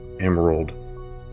emerald